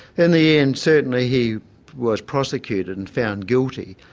in the end certainly he was prosecuted and found guilty.